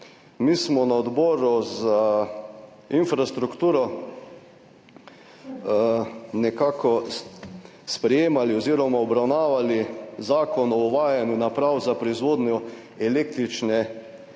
Mi smo na Odboru za infrastrukturo nekako sprejemali oziroma obravnavali Zakon o uvajanju naprav za proizvodnjo električne